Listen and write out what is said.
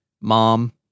Mom